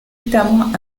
estamos